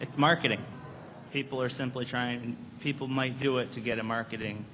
it's marketing people are simply trying people might do it to get a marketing